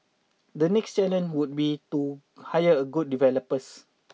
the next challenge would be to hire a good developers